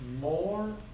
more